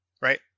right